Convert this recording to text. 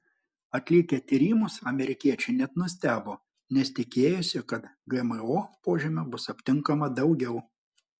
atlikę tyrimus amerikiečiai net nustebo nes tikėjosi kad gmo požymių bus aptinkama daugiau